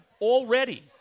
already